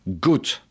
good